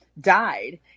died